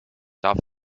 darf